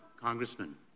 Congressman